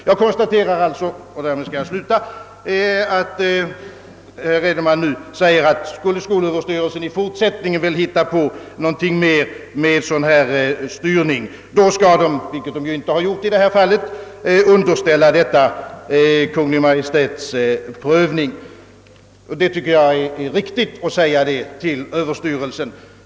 Jag konstaterar alltså, och därmed skall jag sluta, att herr Edenman nu säger att om skolöverstyrelsen i fortsättningen vill hitta på något med dylik styrning skall styrelsen, vilket inte gjorts i det här fallet, underställa frågan Kungl. Maj:ts prövning. Jag tycker det är riktigt att säga detta till styrelsen.